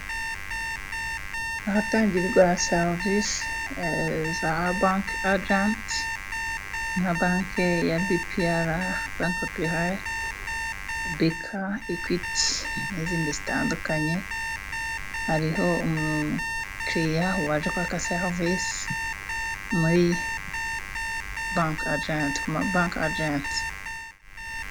Ahatangirwa serivisi za banke agenti nka banki ya bpr, banke popireri, BK, Equity n'izindi zitandukanye. Hariho umukiriya waje kwaka serivise muri bank agent ku mabanki agent.